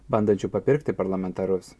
bandančiu papirkti parlamentarus